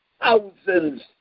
thousands